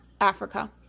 Africa